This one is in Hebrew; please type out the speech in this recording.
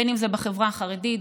אם זה בחברה החרדית,